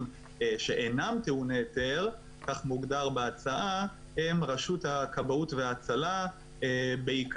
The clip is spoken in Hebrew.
שאינם טעוני היתר כך מוגדר בהצעה הם רשות הכבאות וההצלה בעיקר.